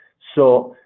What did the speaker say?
so